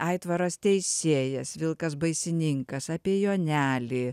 aitvaras teisėjas vilkas baisininkas apie jonelį